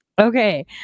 Okay